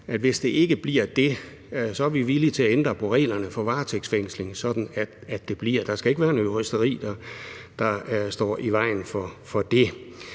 hvis det ikke bliver det, er vi villige til at ændre på reglerne for varetægtsfængsling, sådan at det bliver sådan. Der skal ikke være et juristeri, der står i vejen for det.